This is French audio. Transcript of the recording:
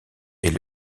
est